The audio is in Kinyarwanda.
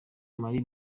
mario